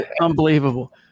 Unbelievable